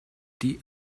die